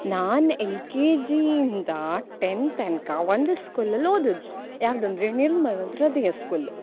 ನಾನು L K ಜಿಯಿಂದ tenth ತನಕ ಒಂದು ಸ್ಕೂಲಲ್ಲಿ ಓದದ್ದು ಯಾವುದಂದ್ರೆ ನಿರ್ಮಲ ಹೃದಯ ಸ್ಕೂಲ್